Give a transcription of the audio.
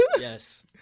Yes